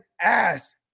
ass